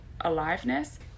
aliveness